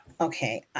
okay